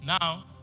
Now